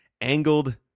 Angled